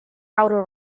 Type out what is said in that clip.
outer